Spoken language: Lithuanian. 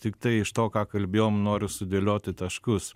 tiktai iš to ką kalbėjom noriu sudėlioti taškus